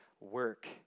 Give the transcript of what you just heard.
work